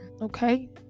Okay